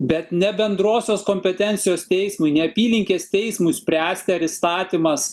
bet ne bendrosios kompetencijos teismui ne apylinkės teismui spręsti ar įstatymas